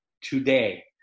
today